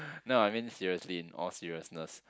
no I mean seriously in all seriousness